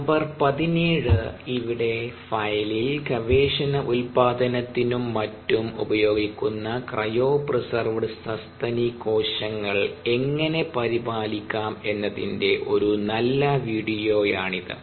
number 17 ഇവിടെ ഫയലിൽ ഗവേഷണ ഉത്പാദനത്തിനും മറ്റും ഉപയോഗിക്കുന്ന ക്രയോപ്രെസെർവേഡ് സസ്തനി കോശങ്ങൾ എങ്ങനെ പരിപാലിക്കാം എന്നതിൻറെ ഒരു നല്ല വീഡിയോയാണിത്